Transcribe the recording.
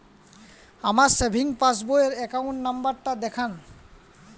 আমার savings passbook র account number টা দেখান?